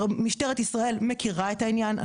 משטרת ישראל מכירה את העניין.